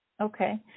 Okay